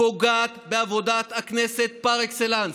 פוגעת בעבודת הכנסת פר אקסלנס.